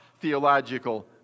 theological